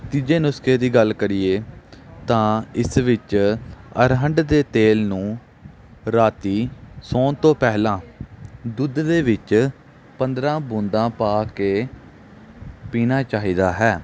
ਤੀਜੇ ਨੁਸਖੇ ਦੀ ਗੱਲ ਕਰੀਏ ਤਾਂ ਇਸ ਵਿੱਚ ਅਰਹੰਡ ਦੇ ਤੇਲ ਨੂੰ ਰਾਤ ਸੌਣ ਤੋਂ ਪਹਿਲਾਂ ਦੁੱਧ ਦੇ ਵਿੱਚ ਪੰਦਰ੍ਹਾਂ ਬੂੰਦਾਂ ਪਾ ਕੇ ਪੀਣਾ ਚਾਹੀਦਾ ਹੈ